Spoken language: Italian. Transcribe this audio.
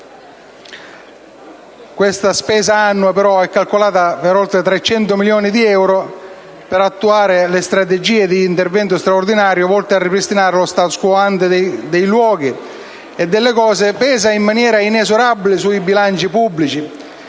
la spesa annua - calcolata in oltre 300 milioni di euro - per attuare strategie di intervento straordinario volte a ripristinare lo *status quo ante* dei luoghi e delle cose, pesa in maniera inesorabile sui bilanci pubblici